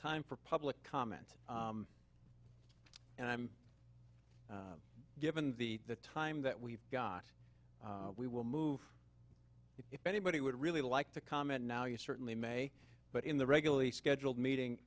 time for public comment and i'm given the time that we've got we will move if anybody would really like to comment now you certainly may but in the regularly scheduled meeting